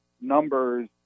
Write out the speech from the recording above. numbers